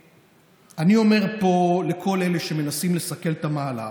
אני אומר פה לכל אלה שמנסים לסכל את המהלך,